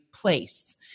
place